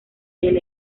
del